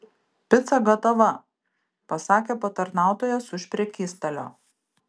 pica gatava pasakė patarnautojas už prekystalio